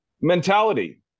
mentality